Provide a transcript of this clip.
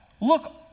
Look